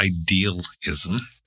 idealism